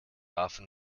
often